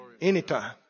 Anytime